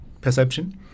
perception